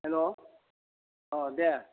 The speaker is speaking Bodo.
हेलौ औ दे